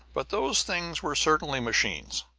but those things were certainly machines.